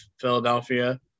Philadelphia